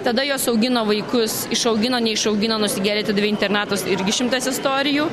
tada jos augino vaikus išaugino neišaugino nusigėrė atidavė į internatus irgi šimtas istorijų